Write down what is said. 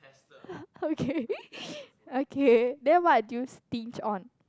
okay okay then what do you stinge on